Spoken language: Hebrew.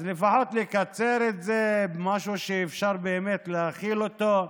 אז לפחות לקצר את זה למשהו שאפשר באמת להכיל אותו.